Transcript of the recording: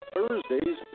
Thursdays